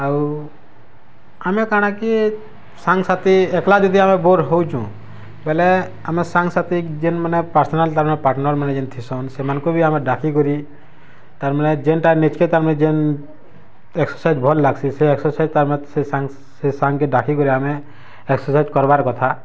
ଆଉ ଆମେ କାଣା କି ସାଙ୍ଗ୍ ସାଥୀ ଏକେଲା ଯଦି ଆମେ ବୋର୍ ହଉଛୁ ବୋଇଲେ ଆମେ ସାଙ୍ଗ୍ ସାଥି ଯେନ୍ମାନେ ପର୍ସନାଲ୍ ତାଙ୍କ ପାର୍ଟନର୍ମାନେ ଯେନ୍ ଥିସୁନ୍ ସେମାନଙ୍କୁ ବି ଆମେ ଡାକି କରି ତାର୍ ମାନେ ଯେନ୍ତା ନେଚ କେ ତାର୍ ମାନେ ଯେନ୍ ଏକ୍ସରସାଇଜ୍ ଭଲ ଲାଗ୍ସି ସେ ଏକ୍ସରସାଇଜ୍ ତାର୍ ମତ୍ ସେ ସାଙ୍ଗ୍ ସେ ସାଙ୍ଗକେ ଡାକି କରି ଆମେ ଏକ୍ସରସାଇଜ୍ କରବାର୍ କଥା